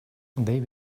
they